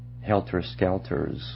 helter-skelters